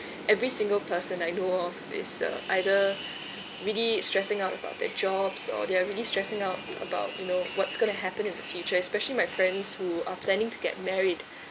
every single person I know of is uh either really stressing out about their jobs or they are really stressing out about you know what's going to happen in the future especially my friends who are planning to get married